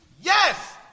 Yes